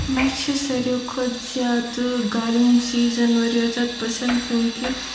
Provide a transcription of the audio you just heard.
مےٚ چھِ ساروٕے کھۄتہٕ زیادٕ گرم سیٖزن وارِیاہ زیادٕ پسنٛد کیوٗنکہِ